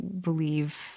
believe